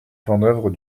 vendeuvre